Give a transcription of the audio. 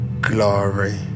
glory